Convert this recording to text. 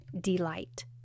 delight